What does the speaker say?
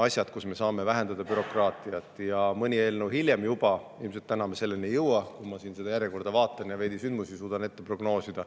asjad, kus me saame vähendada bürokraatiat. Juba mõni eelnõu hiljem – ilmselt täna me selleni ei jõua, kui ma siin seda järjekorda vaatan ja veidi sündmusi suudan prognoosida,